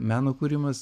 meno kūrimas